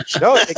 No